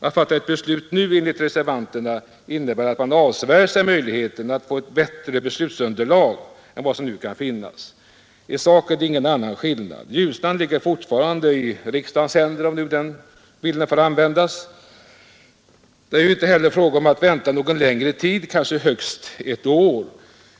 Att fatta ett beslut nu innebär enligt reservanterna att man avsvär sig möjligheterna att få ett bättre beslutsunderlag än vad som nu kan finnas. I sak är det ingen annan skillnad. Ljusnan ligger fortfarande i riksdagens händer, om jag får använda denna bild. Det är inte heller fråga om att vänta någon längre tid, kanske högst ett år.